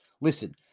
listen